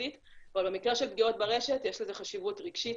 וחברתית אבל במקרה של פגיעות ברשת יש לזה חשיבות רגשית,